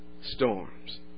storms